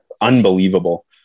unbelievable